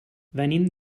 venim